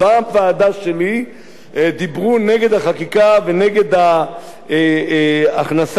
דיברו נגד החקיקה ונגד הכנסת הנתונים הרבים,